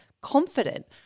confident